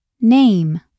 Name